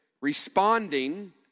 responding